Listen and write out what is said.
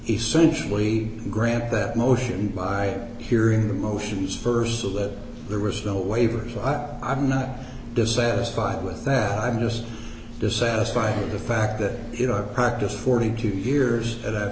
essentially grant that motion by hearing the motions st so that there was no waivers so i i'm not dissatisfied with that i'm just dissatisfied with the fact that you know i practiced forty two years and i've